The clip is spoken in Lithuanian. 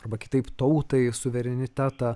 arba kitaip tautai suverenitetą